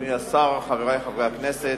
אדוני השר, חברי חברי הכנסת,